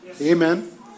Amen